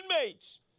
inmates